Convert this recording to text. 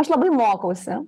aš labai mokausi